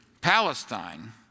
Palestine